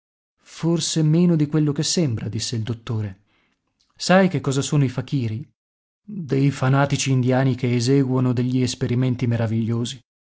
forse meno di quello che sembra disse il dottore sai che cosa sono i fakiri dei fanatici indiani che eseguono degli esperimenti meravigliosi